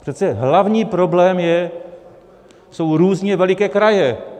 Přece hlavní problém jsou různě veliké kraje.